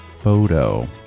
photo